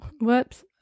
Whoops